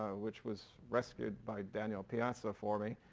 which was rescued by daniel piazza for me,